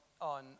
on